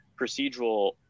procedural